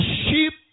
sheep